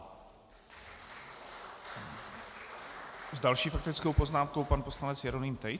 S další faktickou poznámkou pan poslanec Jeroným Tejc.